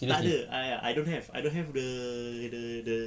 takde ah I don't have I don't have the the the